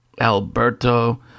Alberto